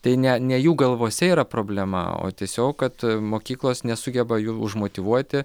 tai ne ne jų galvose yra problema o tiesiog kad mokyklos nesugeba jų užmotyvuoti